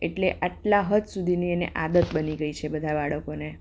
એટલે આટલા હદ સુધીની એને આદત બની ગઈ છે બધા બાળકોને